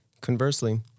conversely